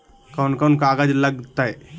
कौन कौन कागज लग तय?